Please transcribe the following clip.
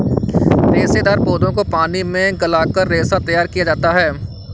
रेशेदार पौधों को पानी में गलाकर रेशा तैयार किया जाता है